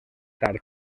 tard